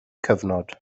cyfnod